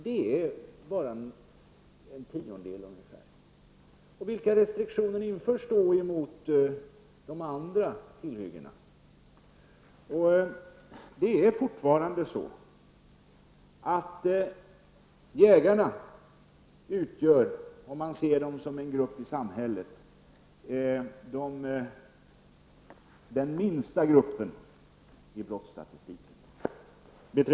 Det är bara fråga om ungefär en tiondel av fallen. Vilka restriktioner införs då mot de andra tillhyggena? Det är fortfarande så att jägarna, sett som en grupp i samhället, utgör den minsta gruppen i brottsstatistiken.